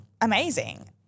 amazing